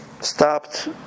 stopped